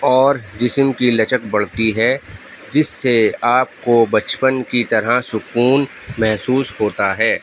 اور جسم کی لچک بڑھتی ہے جس سے آپ کو بچپن کی طرح سکون محسوس ہوتا ہے